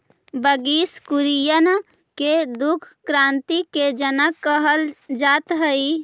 वर्गिस कुरियन के दुग्ध क्रान्ति के जनक कहल जात हई